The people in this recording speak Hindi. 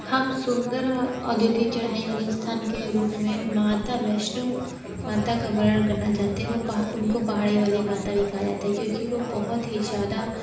हम सुंदर अद्वितीय चढ़ाई वाले स्थान के रूप में माता वैष्णो माता का वर्णन करना चाहते है वो उनको पहाड़ी वाली माता भी कहा जाता है क्योंकि वो बहुत ही ज़्यादा